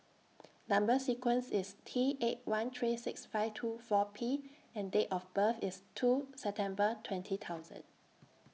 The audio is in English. Number sequence IS T eight one three six five two four P and Date of birth IS two September twenty thousand